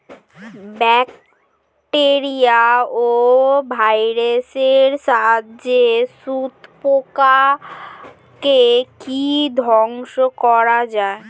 Bacteria ও ভাইরাসের সাহায্যে শত্রু পোকাকে কি ধ্বংস করা যায়?